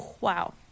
wow